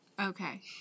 Okay